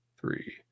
three